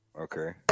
Okay